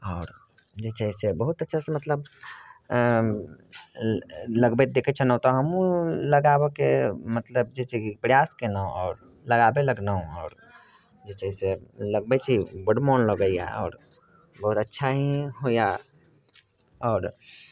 आओर जे छै से बहुत अच्छासँ मतलब लगबैत देखे छलहुँ तऽ हमहुँ लगाबऽके मतलब जे छै की प्रयास केलहुँ आओर लगाबे लगलहुँ आओर जे छै से लगबै छी बड़ मोन लगैये आओर बहुत अच्छा ही होइए आओर